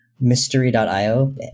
Mystery.io